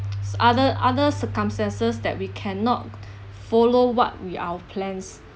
other other circumstances that we cannot follow what with our plans